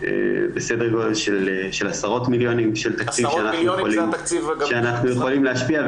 סדר גודל של עשרות מיליונים של תקציב שאנחנו יכולים להשפיע,